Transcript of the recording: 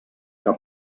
que